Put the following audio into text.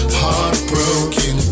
heartbroken